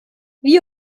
wie